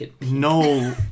no